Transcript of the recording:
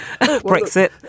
Brexit